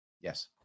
yes